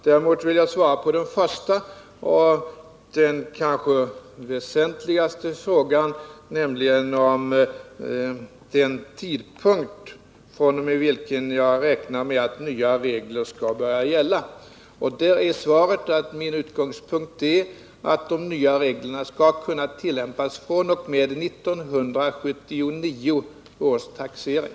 Däremot vill jag svara på den första och den kanske väsentligaste frågan, nämligen fr.o.m. vilken tidpunkt jag räknar med att nya regler skall börja gälla. Svaret är att min utgångspunkt är att de nya reglerna skall kunna tillämpas fr.o.m. 1979 års taxering.